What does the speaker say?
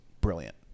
brilliant